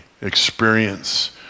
experience